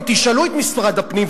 אם תשאלו את משרד הפנים,